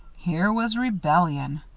here was rebellion!